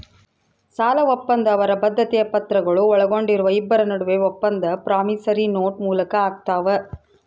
ಸಾಲಒಪ್ಪಂದ ಅವರ ಬದ್ಧತೆಯ ಪತ್ರಗಳು ಒಳಗೊಂಡಿರುವ ಇಬ್ಬರ ನಡುವೆ ಒಪ್ಪಂದ ಪ್ರಾಮಿಸರಿ ನೋಟ್ ಮೂಲಕ ಆಗ್ತಾವ